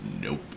Nope